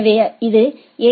எனவே இது எ